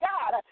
God